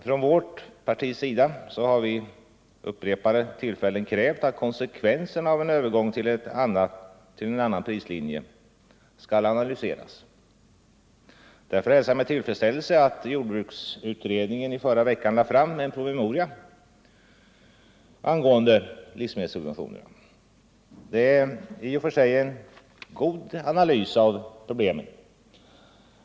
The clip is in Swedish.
Från vårt partis sida har vi vid upprepade tillfällen krävt att konsekvenserna av en övergång till en annan prislinje skulle analyseras. Därför hälsar jag med tillfredsställelse, att jordbruksutredningen i förra veckan lade fram en promemoria angående livsmedelssubventionerna. Den ger i och för sig en god analys av problematiken.